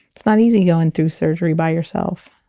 it's not easy going through surgery by yourself